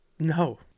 No